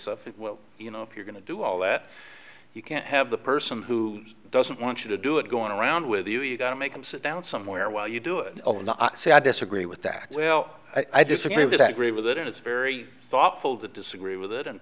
you know if you're going to do all that you can't have the person who doesn't want you to do it going around with you you've got to make them sit down somewhere while you do it and say i disagree with that well i disagree with that agree with it and it's very thoughtful to disagree with it and